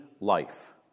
life